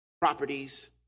properties